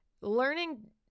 learning